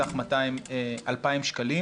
לפני שבועיים אישרה הוועדה מענק בסך 2,000 שקלים